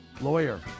lawyer